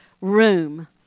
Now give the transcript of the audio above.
room